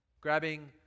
grabbing